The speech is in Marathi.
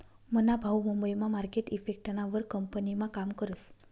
मना भाऊ मुंबई मा मार्केट इफेक्टना वर कंपनीमा काम करस